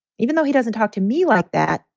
even though he doesn't talk to me like that.